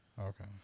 Okay